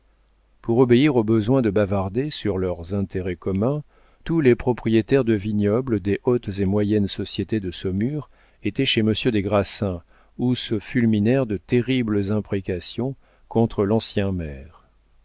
pour obéir au besoin de bavarder sur leurs intérêts communs tous les propriétaires de vignobles des hautes et moyennes sociétés de saumur étaient chez monsieur des grassins où se fulminèrent de terribles imprécations contre l'ancien maire